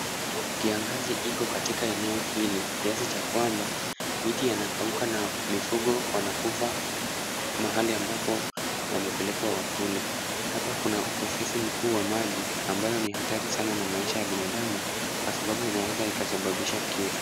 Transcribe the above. Kiangazi iko katika eneo hili kiasi cha kwamba miti yanakauka na mifugo wanakufa mahali ambapo wamepelekwa wakule. Hapa kuna ukosefu mkuu wa maji ambayo ni hatari sana na maisha ya binadamu kwa sababu inaweza ikasababisha kifo.